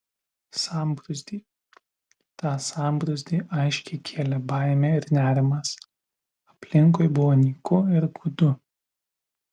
sambrūzdį tą sambrūzdį aiškiai kėlė baimė ir nerimas aplinkui buvo nyku ir gūdu